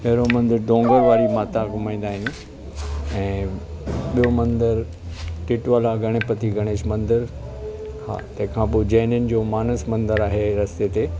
पहिरों मंदर दोंगर वारी माता घुमाईंदा आहियूं ऐं ॿियो मंदर टीटवाला गणपती गणेश मंदर हा तंहिंखा जैनियुनि जो मानस मंदर आहे रस्ते ते